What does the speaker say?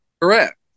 Correct